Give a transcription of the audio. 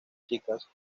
chicas